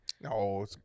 No